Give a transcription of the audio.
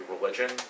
Religion